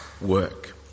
work